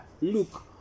Look